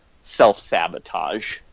self-sabotage